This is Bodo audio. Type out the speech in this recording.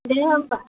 दे होमब्ला